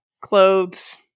clothes